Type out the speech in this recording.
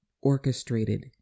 orchestrated